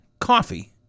coffee